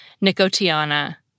Nicotiana